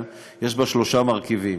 יש בה שלושה מרכיבים.